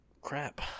crap